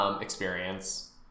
experience